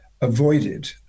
avoided